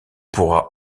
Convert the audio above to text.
pourra